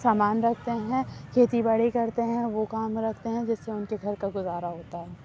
سامان رکھتے ہیں کھیتی باڑی کرتے ہیں وہ کام رکھتے ہیں جس سے ان کے گھر کا گزارہ ہوتا ہے